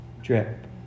drip